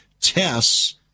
tests